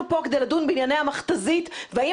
אנחנו פה כדי לדון על המכת"זית והאם